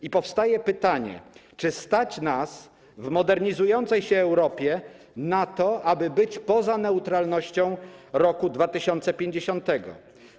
I powstaje pytanie, czy stać nas w modernizującej się Europie na to, aby być poza neutralnością 2050 r.